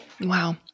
Wow